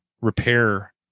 repair